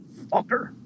fucker